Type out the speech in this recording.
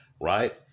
right